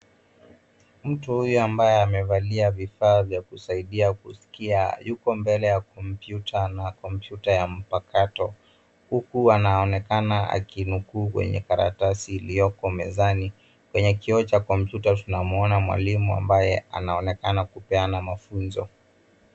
Mtu huyo ambaye amevalia vifaa vya kusaidia kusikia yuko mbele ya kompyuta na kompyuta ya mpakato. Huku anaonekana akinukuu kwenye karatasi iliyopo mezani. Kwenye kioo cha kompyuta tunamuona mwalimu ambaye anaonekana kupeana mafunzo.